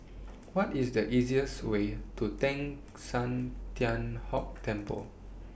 What IS The easiest Way to Teng San Tian Hock Temple